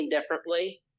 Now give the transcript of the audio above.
differently